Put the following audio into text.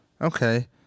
Okay